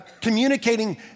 communicating